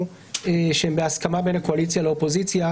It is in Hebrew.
שהם בהסכמה בין הקואליציה לאופוזיציה,